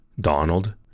Donald